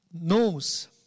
knows